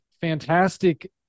fantastic